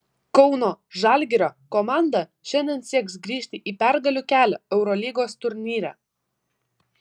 kauno žalgirio komanda šiandien sieks grįžti į pergalių kelią eurolygos turnyre